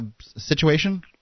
situation